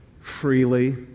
freely